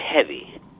heavy